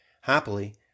Happily